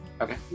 Okay